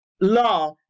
law